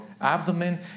abdomen